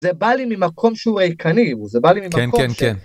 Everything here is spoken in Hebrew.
זה בא לי ממקום שהוא ריקני, וזה בא לי ממקום ש... -כן, כן, כן.